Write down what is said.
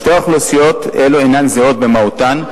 שתי האוכלוסיות האלה הן זהות במהותן,